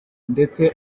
ndetse